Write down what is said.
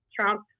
Trump